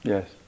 Yes